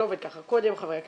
קודם חברי הכנסת,